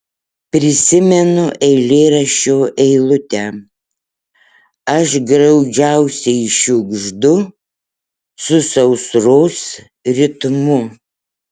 prisimenu eilėraščio eilutę aš graudžiausiai šiugždu su sausros ritmu